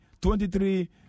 Twenty-three